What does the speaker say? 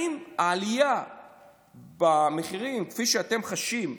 העלייה במחירים, כפי שאתם חשים,